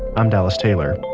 i'm dallas taylor.